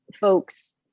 folks